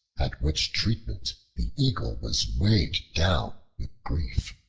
at which treatment the eagle was weighed down with grief.